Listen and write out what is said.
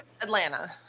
Atlanta